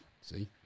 See